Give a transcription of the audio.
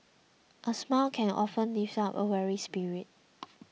a smile can often lift up a weary spirit